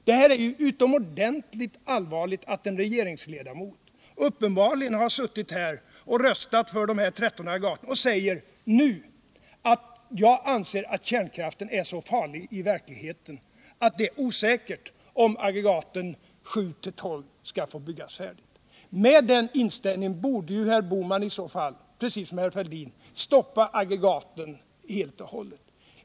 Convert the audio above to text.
Det är ju utomordentligt allvarligt att en regeringsledamot uppenbarligen har suttit och röstat för 13 aggregat och nu säger att han anser att kärnkraften i verkligheten är så farlig att det är osäkert, om aggregaten 7—12 skall få byggas ut. Med den inställningen borde herr Bohman, precis som herr Fälldin, helt och hållet stoppa utbyggnaden av aggregaten.